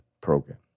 program